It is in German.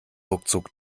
ruckzuck